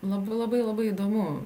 labai labai labai įdomu